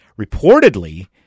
Reportedly